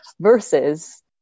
versus